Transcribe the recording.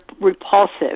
repulsive